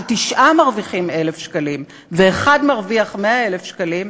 שתשעה מרוויחים 1,000 שקלים ואחד מרוויח 100,000 שקלים,